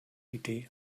idee